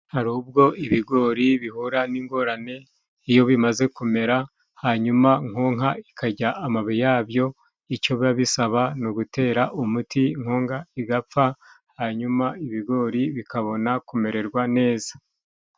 Hari ubwo ibigori bihura n'ingorane iyo bimaze kumera, hanyuma nkonga ikarya amababi yabyo ico biba bisaba, ni ugutera umuti nkonga igapfa hanyuma ibigori bikabona kumererwa neza.